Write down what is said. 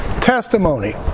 testimony